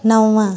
नव